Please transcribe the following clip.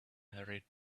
hurried